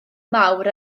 mawr